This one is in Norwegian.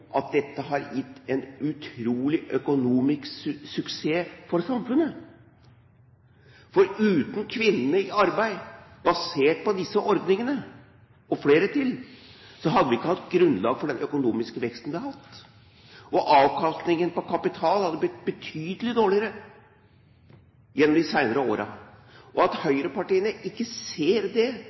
at dette har gitt en utrolig økonomisk suksess for samfunnet, for uten kvinnene i arbeid – basert på disse ordningene og flere til – hadde vi ikke hatt grunnlag for den økonomiske veksten vi har hatt. Avkastningen på kapital hadde blitt betydelig dårligere gjennom de senere årene. At høyrepartiene ikke ser det